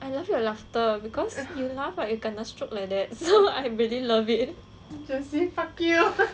I love your laughter because you laugh like you kena stroke like that so I really love it